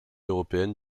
européennes